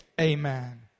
Amen